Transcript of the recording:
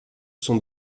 sont